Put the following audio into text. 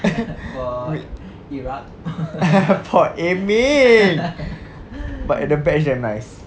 for aiming but the badge damn nice